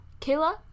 Kayla